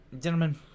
Gentlemen